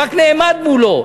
הוא רק נעמד מולו,